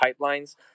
pipelines